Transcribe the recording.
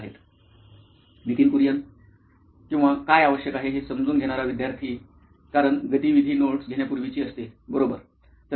Nitin Kurian COO nine electronics किंवा काय आवश्यक आहे हे समजून घेणारा विद्यार्थी कारण गतिविधी नोट्स घेण्यापूर्वीची असते बरोबर